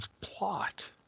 plot